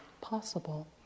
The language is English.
possible